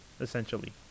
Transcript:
essentially